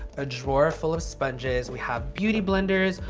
a drawer full of sponges. we have beauty blenders,